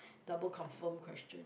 double confirm question